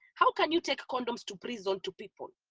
how can you take condoms to prison to people?